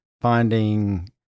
finding